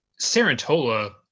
Sarantola